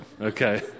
Okay